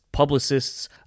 publicists